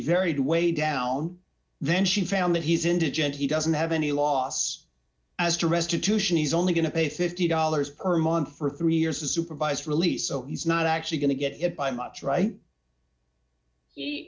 varied way down then she found that he's indigent he doesn't have any loss as to restitution he's only going to pay fifty dollars per month for three years a supervised release so he's not actually going to get hit by much right